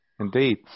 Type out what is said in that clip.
Indeed